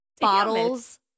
bottles